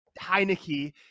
heineke